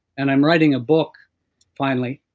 and i'm writing a book finally.